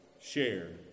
share